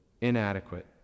inadequate